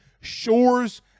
Shores